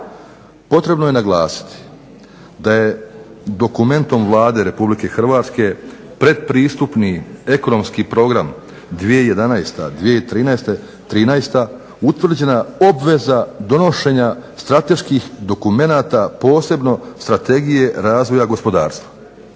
Potrebno je naglasiti da je dokumentom Vlade RH pretpristupni ekonomski program 2011.-2013. utvrđena obveza donošenja strateških dokumenata posebno Strategije razvoja gospodarstva.